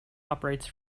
operates